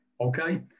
okay